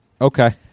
Okay